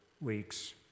weeks